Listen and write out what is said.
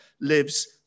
lives